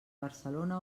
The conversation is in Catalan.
barcelona